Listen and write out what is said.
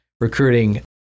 recruiting